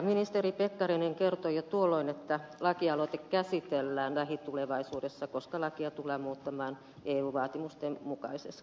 ministeri pekkarinen kertoi jo tuolloin että lakialoite käsitellään lähitulevaisuudessa koska lakia tullaan muuttamaan eu vaatimusten mukaisiksi